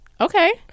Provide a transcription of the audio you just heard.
Okay